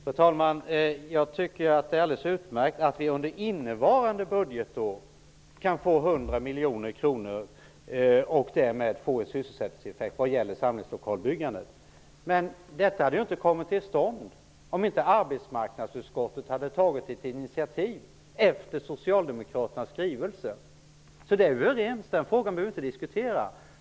Fru talman! Jag tycker att det är alldeles utmärkt att vi under innevarande budgetår kan få 100 miljoner kronor och därmed få en sysselsättningseffekt vad gäller samlingslokalbyggandet. Men detta hade ju inte kommit till stånd, om inte arbetsmarknadsutskottet hade tagit ett initiativ, efter Socialdemokraternas skrivelse. Så där är vi överens. Den frågan behöver vi inte diskutera.